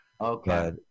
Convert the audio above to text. Okay